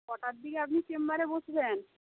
কটার দিকে আপনি চেম্বারে বসবেন